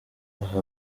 aha